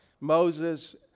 Moses